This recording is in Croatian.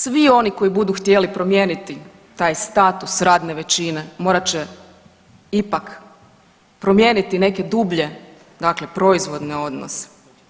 Svi oni koji budu htjeli promijeniti taj status radne većine morat će ipak promijeniti neke dublje dakle proizvodne odnose.